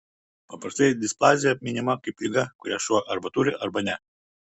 paprastai displazija minima kaip liga kurią šuo arba turi arba ne